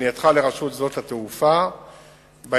בפנייתך לרשות שדות התעופה בעניין,